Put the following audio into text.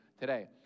today